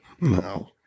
No